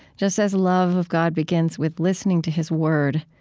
just as love of god begins with listening to his word,